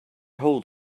hold